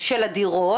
של הדירות,